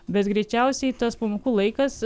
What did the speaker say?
bet greičiausiai tas pamokų laikas